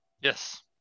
Yes